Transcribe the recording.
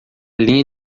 linha